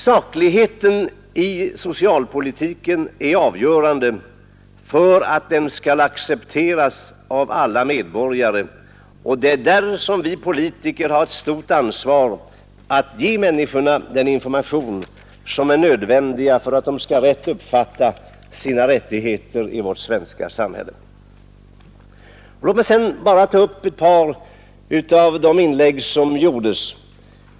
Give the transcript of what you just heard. Sakligheten i socialpolitiken är avgörande för att den skall accepteras av alla medborgare, och det är där som vi politiker har ett stort ansvar att ge människorna den information som är nödvändig för att de rätt uppfattar sina rättigheter i vårt svenska samhälle. Låt mig sedan bara ta upp ett par av de inlägg som gjordes.